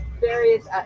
various